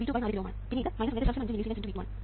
5 millisiemens x V2 ആണ്